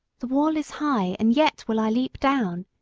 the wall is high, and yet will i leap down,